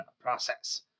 process